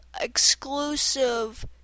exclusive